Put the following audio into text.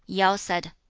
yao said,